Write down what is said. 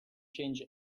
change